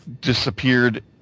disappeared